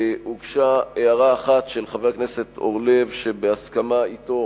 הוגשה הערה אחת של חבר הכנסת אורלב, שבהסכמה אתו